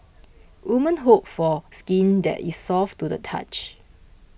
women hope for skin that is soft to the touch